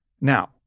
now